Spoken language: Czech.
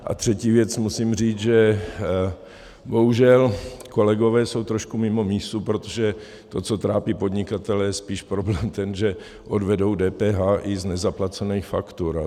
A třetí věc, musím říct, že bohužel kolegové jsou trošku mimo mísu, protože to, co trápí podnikatele, je spíš problém ten, že odvedou DPH i z nezaplacených faktur.